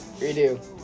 Redo